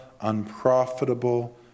unprofitable